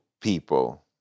people